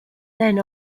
then